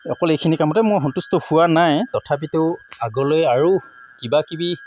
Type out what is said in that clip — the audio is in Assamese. অকল এইখিনি কামতে মই সন্তুষ্ট হোৱা নাই তথাপিতো আগলৈ আৰু কিবাকিবি